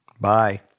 Bye